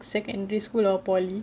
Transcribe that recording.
secondary school or poly